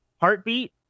Heartbeat